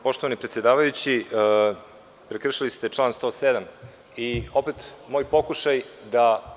Poštovani predsedavajući, prekršili ste član 107. i opet moj pokušaj da…